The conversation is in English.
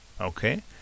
okay